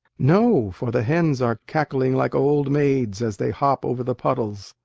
no, for the hens are cackling like old maids as they hop over the puddles.